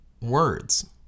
words